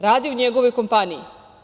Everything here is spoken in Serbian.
Radi u njegovoj kompaniji.